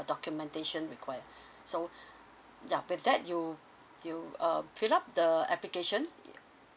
documentation required so ya with that you you uh fill out the application